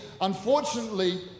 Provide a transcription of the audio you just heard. unfortunately